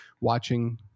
watching